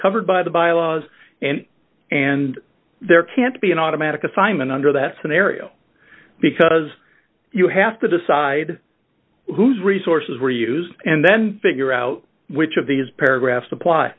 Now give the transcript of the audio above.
covered by the bylaws and and there can't be an automatic assignment under that scenario because you have to decide whose resources were used and then figure out which of these paragraphs apply